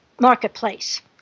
marketplace